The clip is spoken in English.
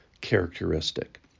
characteristic